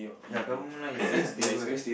ya government line is like stable